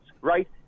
right